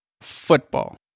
football